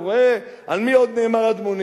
הוא רואה, על מי עוד נאמר "אדמוני"?